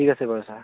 ঠিক আছে বাৰু ছাৰ